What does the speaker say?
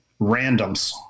randoms